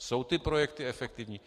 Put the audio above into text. Jsou ty projekty efektivní?